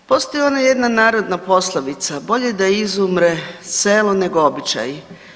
Postoji ona jedna narodna poslovica, bolje da izumre selo nego običaji.